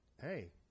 hey